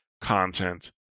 content